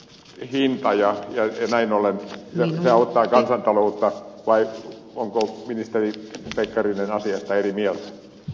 näin ollen se auttaa kansantaloutta vai onko ministeri pekkarinen asiasta eri mieltä